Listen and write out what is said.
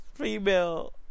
female